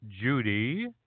Judy